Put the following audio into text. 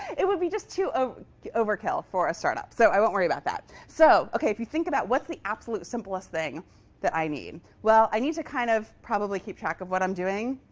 it would be just too ah overkill for a startup. so i won't worry about that. so ok, if you think about what's the absolute simplest thing that i need. well, i need to kind of probably keep track of what i'm doing,